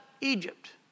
Egypt